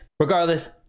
Regardless